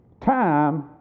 time